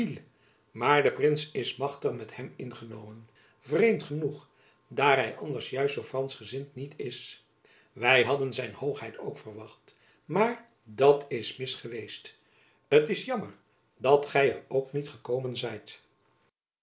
maar de prins is machtig met hem ingenomen vreemd genoeg daar hy anders juist zoo fransgezind niet is wy hadden zijn hoogheid ook verwacht maar dat is mis geweest t is jammer dat gy er ook niet gekomen zijt